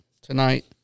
tonight